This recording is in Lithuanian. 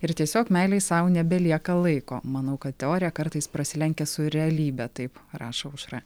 ir tiesiog meilei sau nebelieka laiko manau kad teorija kartais prasilenkia su realybe taip rašo aušra